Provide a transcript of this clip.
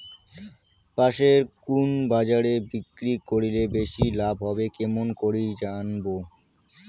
পাশের কুন বাজারে বিক্রি করিলে বেশি লাভ হবে কেমন করি জানবো?